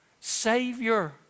Savior